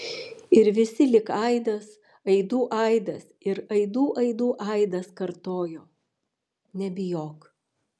ir visi lyg aidas aidų aidas ir aidų aidų aidas kartojo nebijok